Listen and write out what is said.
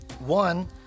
One